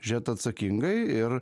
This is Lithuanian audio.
žėt atsakingai ir